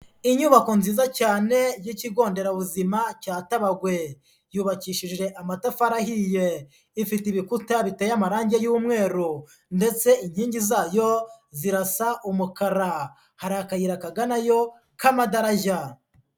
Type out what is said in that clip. Inyubako nziza cyane y'ikigo nderabuzima cya Tabagwe, yubakishije amatafari ahiye, ifite ibikuta biteye amarangi y'umweru ndetse inkingi zayo zirasa umukara, hari akayira kaganayo k'amadarajya.